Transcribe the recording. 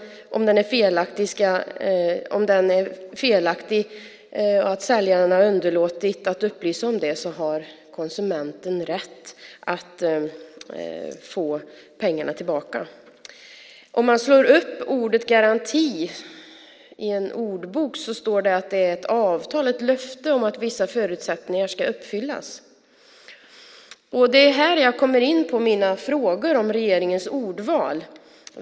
Om varan är felaktig och säljaren har underlåtit att upplysa om det har konsumenten rätt att få pengarna tillbaka. Om man slår upp ordet "garanti" i en ordbok kan man läsa att det är ett avtal, ett löfte om att vissa förutsättningar ska uppfyllas. Det är här jag kommer in på mina frågor om regeringens ordval.